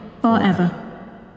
forever